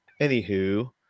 Anywho